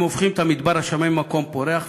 הם הופכים את המדבר השמם למקום פורח,